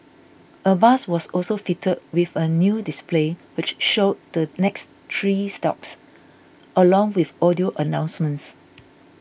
a bus was also fitted with a new display which showed the next three stops along with audio announcements